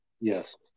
Yes